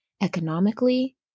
economically